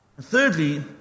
Thirdly